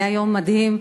היה יום מדהים,